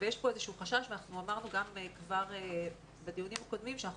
ויש כאן איזשהו חשש ואנחנו אמרנו כבר בדיונים קודמים שאנחנו